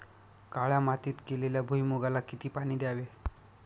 काळ्या मातीत केलेल्या भुईमूगाला किती पाणी द्यावे?